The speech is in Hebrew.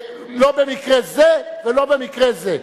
לא במקרה זה ולא במקרה זה,